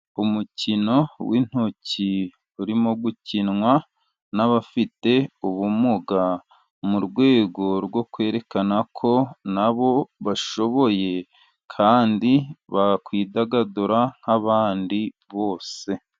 Umukino w'intoki urimo gukinwa n'abafite ubumuga mu rwego rwo kwerekana ko nabo bashoboye, kandi bakwidagadura nk'abandi bose.